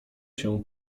się